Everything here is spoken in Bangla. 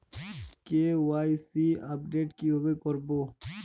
কে.ওয়াই.সি আপডেট কিভাবে করবো?